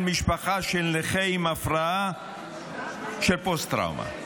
משפחה של נכה עם הפרעה של פוסט-טראומה.